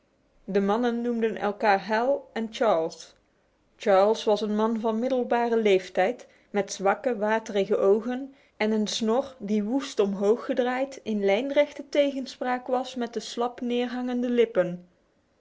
de mannen noemden elkaar hal en charles charles was een man van middelbare leeftijd met zwakke waterige ogen en een snor die woest omhooggedraaid in lijnrechte tegenspraak was met de slap neerhangende lippen